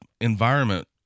environment